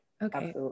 Okay